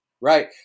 Right